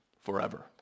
forever